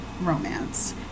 romance